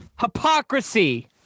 Hypocrisy